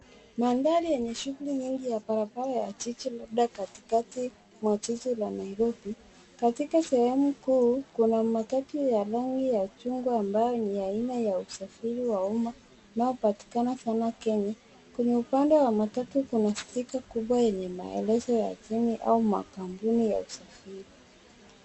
Mandhari enye shuguli nyingi ya barabara ya jiji labda katikati mwa jiji la Nairobi. Katika sehemu kuu kuna matatu ya rangi ya chungwa ambayo ni aina ya usafiri wa umma unaopatikana sana Kenya. Kwenye upande wa matatu kuna stiker kubwa enye maelezo ya chini au makampuni ya usafiri.